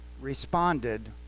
responded